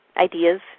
ideas